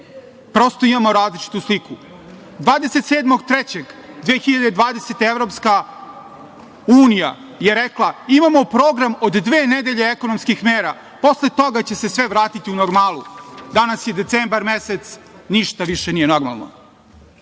prosto imamo različitu sliku. Dana 27. marta 2020. godine EU je rekla – imamo program od dve nedelje ekonomskih mera, posle toga će se sve vratiti u normalu. Danas je decembar mesec, ništa više nije normalno.